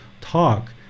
talk